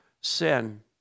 sin